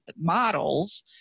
models